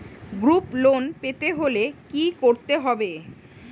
Group loan পেতে হলে কি করতে হবে?